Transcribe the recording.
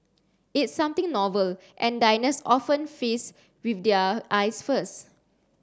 it's something novel and diners often feast with their eyes first